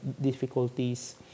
difficulties